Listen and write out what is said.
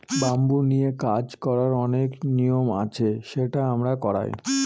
bamboo নিয়ে কাজ করার অনেক নিয়ম আছে সেটা আমরা করায়